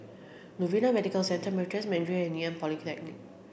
Novena Medical Centre Meritus Mandarin and Ngee Ann Polytechnic